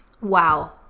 Wow